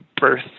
birth